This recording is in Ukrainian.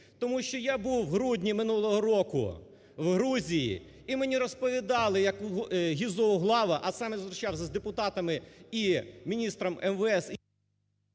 Тому що я був в грудні минулого року в Грузії і мені розповідали як Гізо Углава, а саме зустрічався з депутатами і міністром МВС…